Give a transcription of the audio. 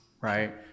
right